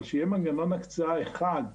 אבל שיהיה מנגנון הקצאה אחד,